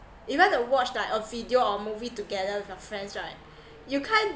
if want to watch like a video or movie together with your friends right you can't